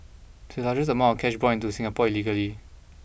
amount cash brought into Singapore illegally